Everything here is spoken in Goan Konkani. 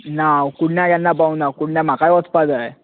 ना हांव कुडण्या केन्ना पावूंक ना कुडण्या म्हाकाय वचपा जाय